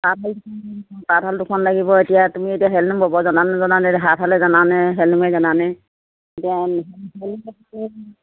তাঁত শাল দুখন লাগিব এতিয়া তুমি এতিয়া হাত হালে জানানে জানা এতিয়া